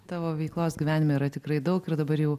tavo veiklos gyvenime yra tikrai daug ir dabar jau